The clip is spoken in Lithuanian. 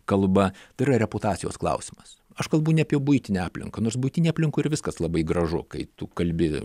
kalba tai yra reputacijos klausimas aš kalbu ne apie buitinę aplinką nors buitinėj aplinkoj ir viskas labai gražu kai tu kalbi